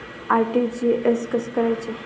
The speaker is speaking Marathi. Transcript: आर.टी.जी.एस कसे करायचे?